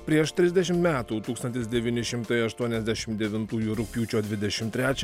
prieš trisdešim metų tūkstantis devyni šimtai aštuoniasdešim devintųjų rugpjūčio dvidešim trečią